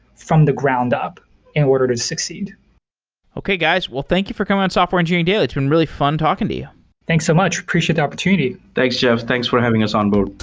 from the ground up in order to to succeed okay, guys. well, thank you for coming on software engineering daily. it's been really fun talking to you thanks so much. appreciate the opportunity thanks, jeff. thanks for having us onboard